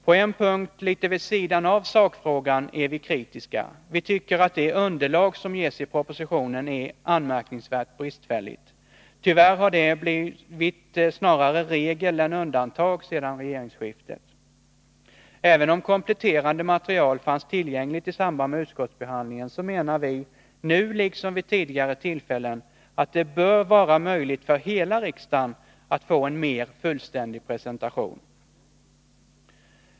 På en punkt, litet vid sidan av sakfrågan, är vi kritiska. Vi tycker att det underlag som ges i propositionen är anmärkningsvärt bristfälligt. Tyvärr har det blivit snarare regel än undantag sedan regeringsskiftet. Även om kompletterande material fanns tillgängligt i samband med utskottsbehandlingen, menar vi nu, liksom vid tidigare tillfällen, att det bör vara möjligt för hela riksdagen att få en mer fullständig presentation.